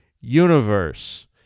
Universe